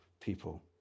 people